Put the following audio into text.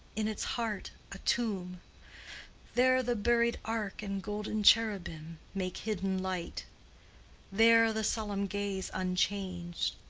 in its heart a tomb there the buried ark and golden cherubim make hidden light there the solemn gaze unchanged,